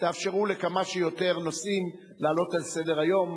תאפשרו לכמה שיותר נושאים לעלות על סדר-היום,